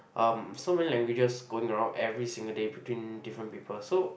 um so many languages going around every single day between different people so